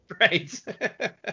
Right